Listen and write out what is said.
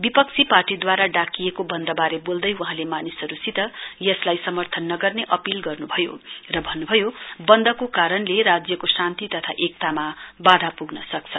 विपक्षी पार्टीदूवारा डाकिएको बन्दवारे बोल्दै वहाँले मानिसहरुसित यसलाई समर्थन नगर्ने अपील गर्नुभयो र बन्नुभयो बन्दको कारणले राज्यको शान्ति तथा एकतामा वाधा पुग्न सक्छ